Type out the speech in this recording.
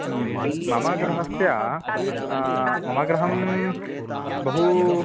मम गृहस्य मम गृहं बहु